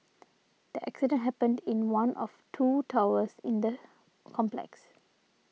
the accident happened in one of two towers in the complex